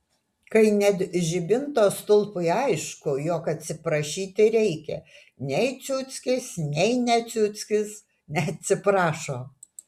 kai net žibinto stulpui aišku jog atsiprašyti reikia nei ciuckis nei ne ciuckis neatsiprašo